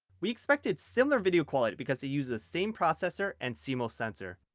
we expected similar video quality because they use the same processor and cmos sensor.